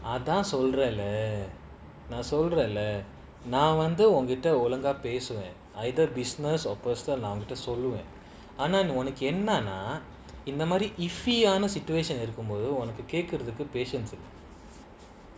அதான்சொல்றேன்லசொல்றேன்லநான்வந்துஒழுங்காபேசுவேன்:adhan solrenla solrenla nan vandhu olunga pesuven either business or personal நான்உன்கிட்டசொல்லுவேன்:nan unkita solluven iffy situation lah உனக்குகேக்குறதுக்குவந்து:unaku kekurathuku vandhu patience இருக்காது:irukathu